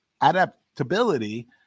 adaptability